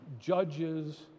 judges